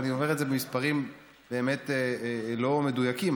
ואני אומר את זה במספרים באמת לא מדויקים,